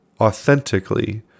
authentically